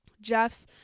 Jeff's